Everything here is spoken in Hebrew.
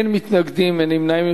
אין מתנגדים, אין נמנעים.